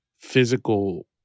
physical